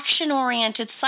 action-oriented